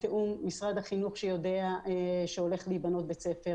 משרד החינוך שיודע שהולך להיבנות בית ספר,